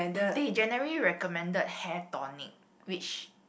they generally recommended hair tonic which